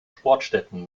sportstätten